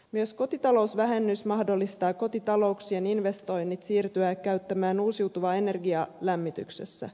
myös kotitalousvähennys mahdollistaa kotitalouksien investoinnit siirtyä käyttämään uusiutuvaa energiaa lämmityksessä